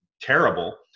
terrible